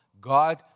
God